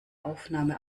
aufnahme